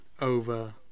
over